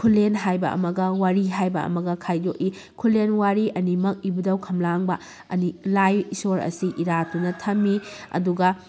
ꯈꯨꯂꯦꯟ ꯍꯥꯏꯕ ꯑꯃꯒ ꯋꯥꯏꯔꯤ ꯍꯥꯏꯕ ꯑꯃꯒ ꯈꯥꯏꯗꯣꯛꯏ ꯈꯨꯂꯦꯟ ꯋꯥꯏꯔꯤ ꯑꯅꯤꯃꯛ ꯏꯕꯨꯗꯧ ꯈꯝꯂꯥꯡꯕ ꯑꯅꯤ ꯂꯥꯏ ꯏꯁꯣꯔ ꯑꯁꯤ ꯏꯔꯥꯠꯇꯨꯅ ꯊꯝꯃꯤ ꯑꯗꯨꯒ